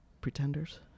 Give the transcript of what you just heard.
pretenders